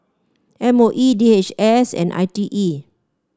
M O E D H S and I T E